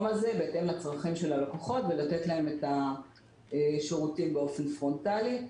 הזה בהתאם לצרכים של הלקוחות ולתת להם את השירותים באופן פרונטלי.